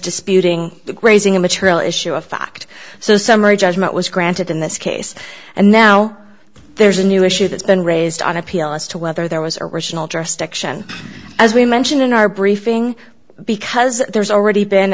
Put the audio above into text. disputing the grazing immaterial issue of fact so summary judgment was granted in this case and now there's a new issue that's been raised on appeal as to whether there was original jurisdiction as we mentioned in our briefing because there's already been